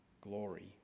glory